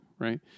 Right